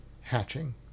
hatching